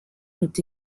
ont